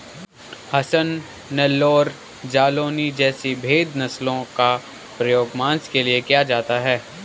हसन, नेल्लौर, जालौनी जैसी भेद नस्लों का प्रयोग मांस के लिए किया जाता है